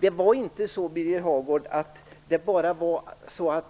Det var inte så, Birger Hagård, att